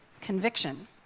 conviction